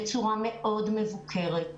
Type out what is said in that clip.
בצורה מאוד מבוקרת,